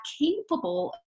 capable